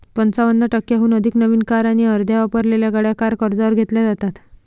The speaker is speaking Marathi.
पंचावन्न टक्क्यांहून अधिक नवीन कार आणि अर्ध्या वापरलेल्या गाड्या कार कर्जावर घेतल्या जातात